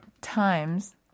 times